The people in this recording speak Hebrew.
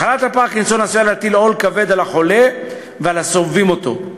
מחלת הפרקינסון עשויה להטיל עול כבד על החולה ועל הסובבים אותו.